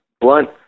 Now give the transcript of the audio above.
blunt